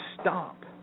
stop